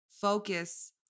Focus